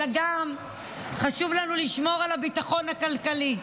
אלא חשוב לנו לשמור גם על הביטחון הכלכלי.